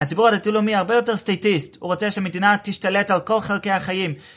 הציבור הדתי לאומי הרבה יותר סטייטיסט, הוא רוצה שמדינה תשתלט על כל חלקי החיים